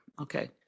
Okay